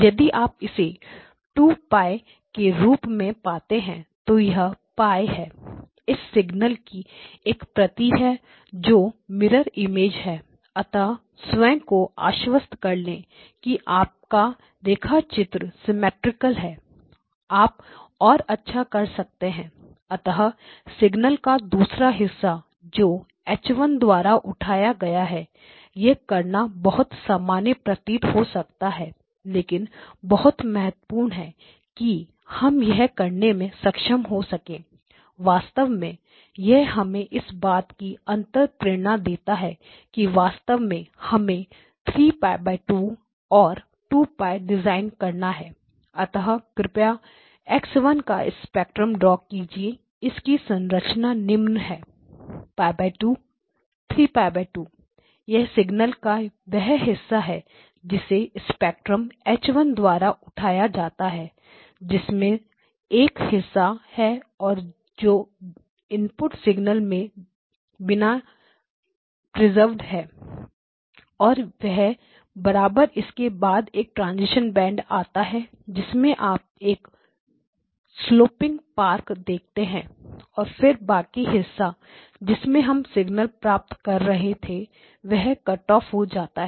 यदि आप इसे 2 π के रूप में पाते हैं तो यह π है इस सिग्नल की एक प्रति है जो मिरर इमेज है अतः स्वयं को आश्वस्त कर ले कि आपका रेखाचित्र सिमिट्रिकल है आप और अच्छा कर सकते हैं अतः सिग्नल का दूसरा हिस्सा जो H 1 द्वारा उठाया गया है यह करना बहुत सामान्य प्रतीत हो सकता है लेकिन बहुत महत्वपूर्ण है कि हम यह करने में सक्षम हो सके वास्तव में यह हमें इस बात की अंतर प्रेरणा देता है कि वास्तव में हमें 3 π 2 and 2 π डिजाइन करना है अतः कृपया X1 का स्पेक्ट्रम ड्रॉ कीजिए इसकी संरचना निम्न है π 2 3 π 2 यह सिग्नल का वह हिस्सा है जिसे स्पेक्ट्रम H 1 द्वारा उठाया जाता है इसमें एक हिस्सा और है जो इनपुट सिगनल में बिना किए प्रिजर्व प्राप्त होता है और वह है बराबर इसके बाद एक ट्रांजीशन बैंड आता है जिसमें आप एक स्लोपिंग पार्क देखते हैं और फिर बाकी हिस्सा जिससे हम सिग्नल प्राप्त कर रहे थे वह कट ऑफ हो जाता है